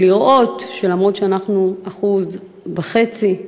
למרות שאנחנו 1.5%